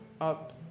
up